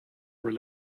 were